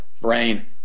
brain